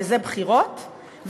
וזה בחירות,